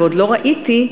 ולא ראיתי,